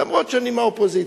למרות שאני מהאופוזיציה.